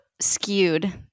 skewed